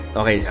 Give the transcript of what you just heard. okay